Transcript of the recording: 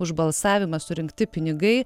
už balsavimą surinkti pinigai